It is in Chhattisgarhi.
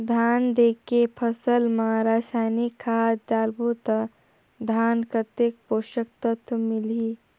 धान देंके फसल मा रसायनिक खाद डालबो ता धान कतेक पोषक तत्व मिलही?